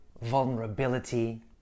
vulnerability